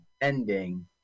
ending